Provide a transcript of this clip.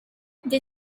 the